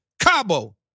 Cabo